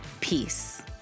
Peace